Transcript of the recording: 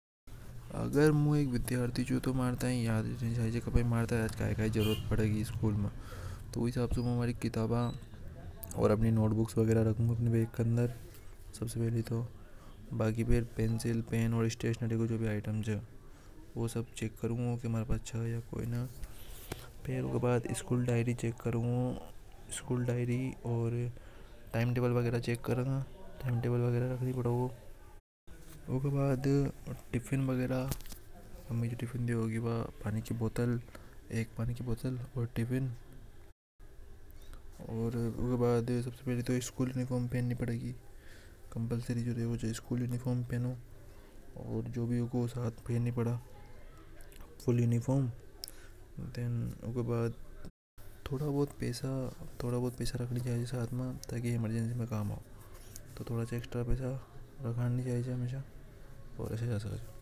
अगर मु एक विद्यार्थी हु तो मैं याद रेवेगी कि माई कई कई छावेगी स्कूल में में कई रखने अपने बैग के अंदर। स्टेशनरी की जो भी एटम च वो अब चेक करूंगा। फेर ऊके बाद स्कूल डायरी चेक करूंगा। ओर टाइम टेबल वगैरा रखनी पड़ेगी पानी की बोतल स्कूल यूनिफॉर्म पहनी पड़ेगी फुल यूनिफॉर्मुक बाद। थोड़ा वंभूत पैसा रखनी चाहिए के साथ में इमर्जेंसी में। कम आवे च इसे जाना चाव स्कूल।